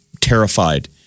terrified